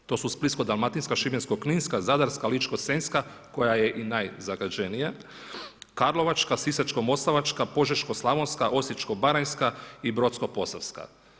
To su Splitsko-dalmatinska, Šibensko-kninska, Zadarska, Ličko-senjska koja je i najzagađenija, Karlovačka, Sisačko-moslavačka, Požeško-slavonska, Osječko-baranjska i Brodsko-posavska.